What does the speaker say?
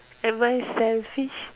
am I selfish